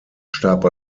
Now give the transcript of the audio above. starb